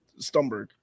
Stumberg